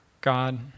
God